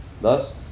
Thus